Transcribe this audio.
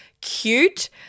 cute